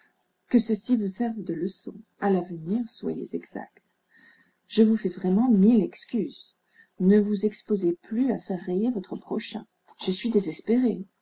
que ceci vous serve de leçon à l'avenir soyez exact je vous fais vraiment mille excuses ne vous exposez plus à faire rayer votre prochain je suis désespéré